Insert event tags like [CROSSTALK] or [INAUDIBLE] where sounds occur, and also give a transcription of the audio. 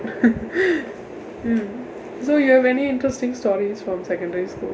[LAUGHS] hmm so you have any interesting stories from secondary school